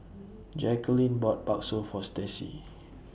Jacalyn bought Bakso For Staci